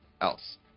else